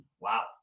wow